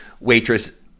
waitress